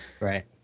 Right